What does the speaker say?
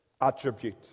attribute